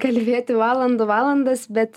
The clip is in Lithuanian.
kalbėti valandų valandas bet